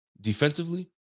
Defensively